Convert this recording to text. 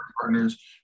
partners